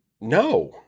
No